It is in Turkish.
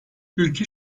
ülke